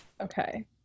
Okay